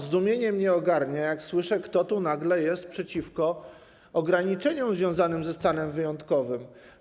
Zdumienie mnie ogarnia, jak słyszę, kto nagle jest przeciwko ograniczeniom związanym ze stanem wyjątkowym.